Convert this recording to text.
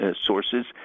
sources